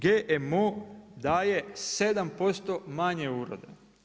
GMO daje 7% manje uroda.